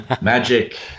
magic